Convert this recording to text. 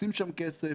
צריך לשים שם כסף,